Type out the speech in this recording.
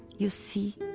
you see,